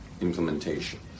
Implementation